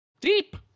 deep